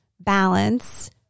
balance